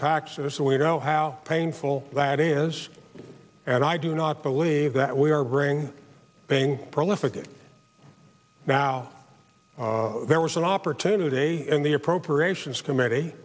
taxes so we know how painful that is and i do not believe that we are bring being prolific it now there was an opportunity in the appropriations committee